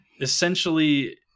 essentially